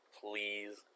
please